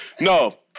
No